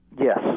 Yes